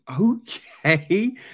okay